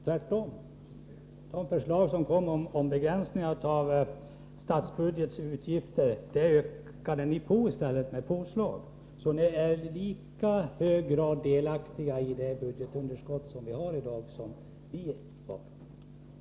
Tvärtom — ni kom med påslag när regeringen presenterade förslag till begränsningar av statsutgifterna. Ni är alltså i lika hög grad delaktiga i det budgetunderskott som vi har i dag.